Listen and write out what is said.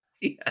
Yes